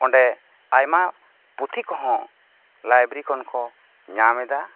ᱚᱸᱰᱮ ᱟᱭᱢᱟ ᱯᱩᱛᱷᱤ ᱠᱚᱦᱚᱸ ᱞᱟᱭᱵᱨᱮᱨᱤ ᱠᱷᱚᱱ ᱠᱚ ᱧᱟᱢ ᱮᱫᱟ